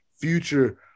future